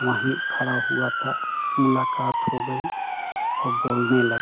वहीं खड़ा हुआ था मुलाकात हो गई और बोलने लगा